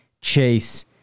Chase